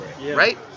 right